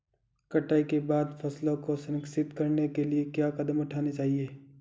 कटाई के बाद फसलों को संरक्षित करने के लिए क्या कदम उठाने चाहिए?